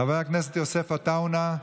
חבר הכנסת יוסף עטאונה,